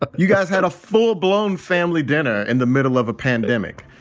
but you guys had a full blown family dinner in the middle of a pandemic.